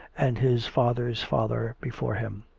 and his father's father before him.